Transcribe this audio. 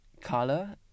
color